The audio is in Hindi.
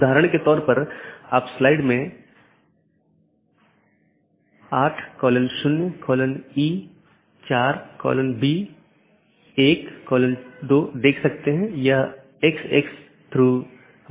यदि तय अवधी के पूरे समय में सहकर्मी से कोई संदेश प्राप्त नहीं होता है तो मूल राउटर इसे त्रुटि मान लेता है